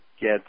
get